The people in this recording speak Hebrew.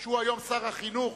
שהוא היום שר החינוך,